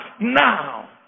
now